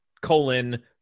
colon